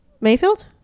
Mayfield